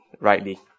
rightly